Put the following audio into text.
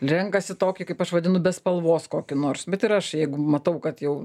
renkasi tokį kaip aš vadinu be spalvos kokį nors bet ir aš jeigu matau kad jau